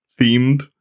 themed